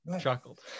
chuckled